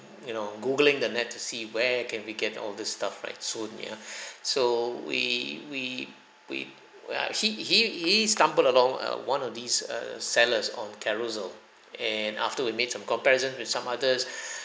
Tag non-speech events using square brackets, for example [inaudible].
you know googling the net to see where can we get all this stuff right soon ya [breath] so we we we we ah he he he stumbled along uh one of these err sellers on Carousell and after we made from comparison with some others [breath]